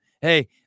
Hey